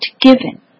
given